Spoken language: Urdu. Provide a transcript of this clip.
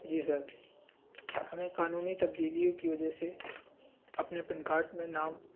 جی سر ہمیں قانونی تبدیلیوں کی وجہ سے اپنے پن کارڈ میں نام